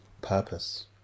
purpose